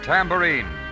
Tambourine